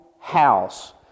house